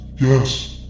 yes